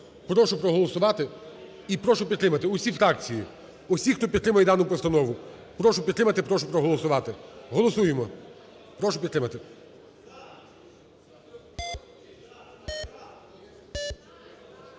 Прошу проголосувати і прошу підтримати усі фракції, усіх, хто підтримує дану постанову, прошу підтримати, прошу проголосувати, голосуємо, прошу підтримати.